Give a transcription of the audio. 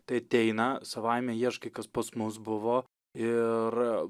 tai ateina savaime ieškai kas pas mus buvo ir